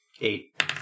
Eight